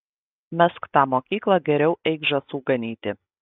mesk tą mokyklą geriau eik žąsų ganyti